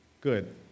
Good